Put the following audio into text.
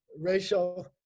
racial